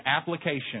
application